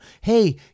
Hey